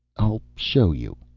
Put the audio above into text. i'll show you.